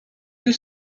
you